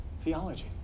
theology